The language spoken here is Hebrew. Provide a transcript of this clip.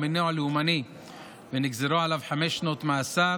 מניע לאומני ונגזרו עליו חמש שנות מאסר,